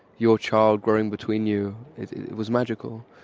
your child growing between you, it was magical.